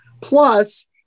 Plus